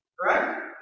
Correct